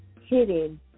hidden